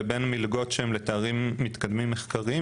לבין מלגות שהן לתארים מתקדמים מחקריים